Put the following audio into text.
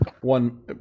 One